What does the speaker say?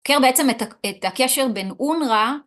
מבקר בעצם את הקשר בין אונרא